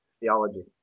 theology